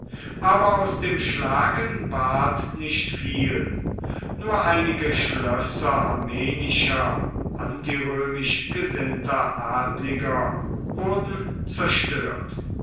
aber aus dem schlagen ward nicht viel nur einige schlösser armenischer antirömisch gesinnter adliger wurden zerstört